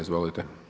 Izvolite.